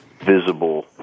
visible